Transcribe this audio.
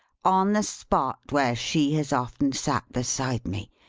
on the spot where she has often sat beside me,